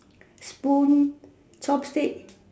spoon chopstick